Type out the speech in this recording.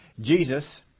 Jesus